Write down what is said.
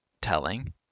telling